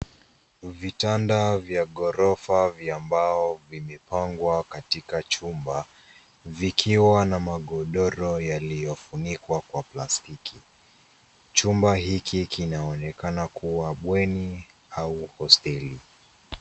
Vitanda vya ghorofa vya mbao vimepangwa katika chumba, vikiwa na magodoro yaliyofunikwa kwa plastiki. Chumba hiki kinaonekana kuwa bweni au hosteli.